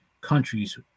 countries